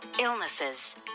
illnesses